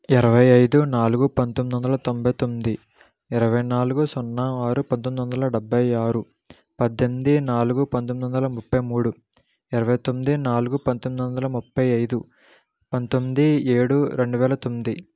ఇరవై ఐదు నాలుగు పంతొమ్మిది వందల తొంభై తొమ్మిది ఇరవై నాలుగు సున్నా ఆరు పంతొమ్మిది వందల డెబ్బై ఆరు పద్దెనిమిది నాలుగు పంతొమ్మిది వందల ముప్పై మూడు ఇరవై తొమ్మిది నాలుగు పంతొమ్మిది వందల ముప్పై ఐదు పంతొమ్మిది ఏడు రెండు వేల తొమ్మిది